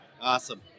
awesome